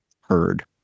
heard